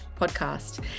podcast